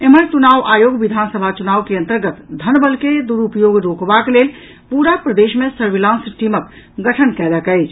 एम्हर चुनाव आयोग विधानसभा चुनाव के अंतर्गत धन बल के दुरूपयोग रोकबाक लेल पूरा प्रदेश मे सर्विलांस टीमक गठन कयलक अछि